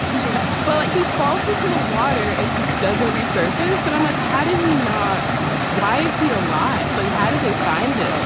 yeah but like, he falls into the water and just doesn't resurface. and i'm like, how did he not why is he alive? but how did they find him?